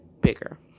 bigger